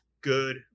Good